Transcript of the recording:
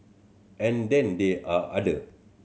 and then there are other